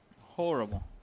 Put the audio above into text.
Horrible